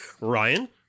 ryan